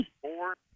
four